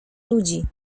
ludzi